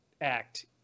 act